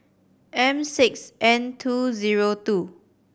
M six N T zero two